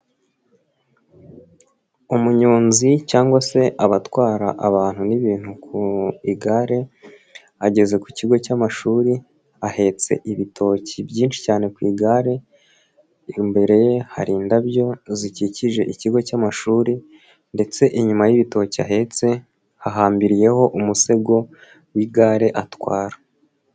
Umunyonzi cyangwa se abatwara abantu n'ibintu ku igare, ageze ku kigo cy'amashuri ahetse ibitoki byinshi cyane ku igare, imbere ye hari indabyo zikikije ikigo cy'amashuri ndetse inyuma y'ibitoki ahetse hahambiriyeho umusego w'igare atwara.